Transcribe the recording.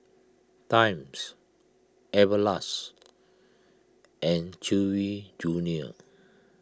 Times Everlast and Chewy Junior